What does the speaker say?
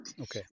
Okay